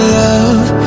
love